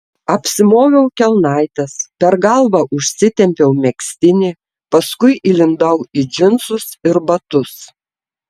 apsimoviau kelnaites per galvą užsitempiau megztinį paskui įlindau į džinsus ir batus